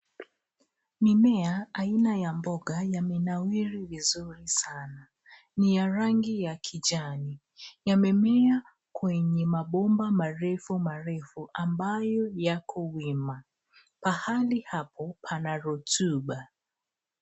Mimea aina ya mboga yamenawiri vizuri sana. Ni ya rangi ya kijani, yamemea kwenye mabomba marefu marefu ambayo yako wima, pahali hapo pana rotuba.